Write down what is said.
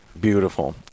Beautiful